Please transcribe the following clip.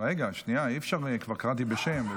רגע, שניה, אי-אפשר, כבר קראתי בשם.